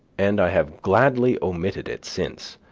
and i have gladly omitted it since,